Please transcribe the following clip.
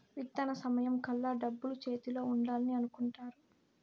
విత్తన సమయం కల్లా డబ్బులు చేతిలో ఉండాలని అనుకుంటారు